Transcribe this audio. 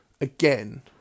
Again